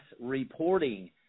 reporting